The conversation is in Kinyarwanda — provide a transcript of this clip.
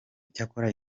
icyakora